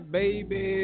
Baby